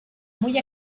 muy